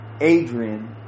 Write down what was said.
Adrian